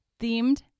themed